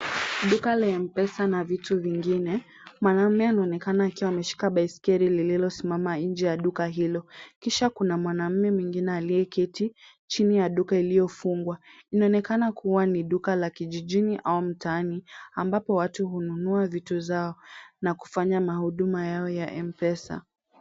Duka la M-M-Pesa na vitu vingine. Mwanaume anaonekana akiwa ameshika baiskeli lililosimama nje ya duka hilo. Kisha kuna mwanaume mwingine aliyeketi chini ya duka iliyofungwa. Inaonekana kuwa ni duka la kijijini au mtaani ambapo watu hununua vitu zao na kufanya mahuduma yao ya M-Pesa.